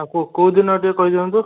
ଆଉ କୋଉଦିନ ଟିକିଏ କହିଦିଅନ୍ତୁ